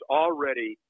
already